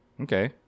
Okay